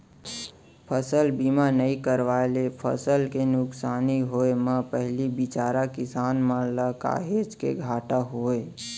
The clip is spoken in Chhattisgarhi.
फसल बीमा नइ करवाए ले फसल के नुकसानी होय म पहिली बिचारा किसान मन ल काहेच के घाटा होय